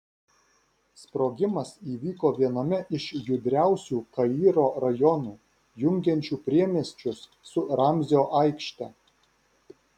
sprogimas įvyko viename iš judriausių kairo rajonų jungiančių priemiesčius su ramzio aikšte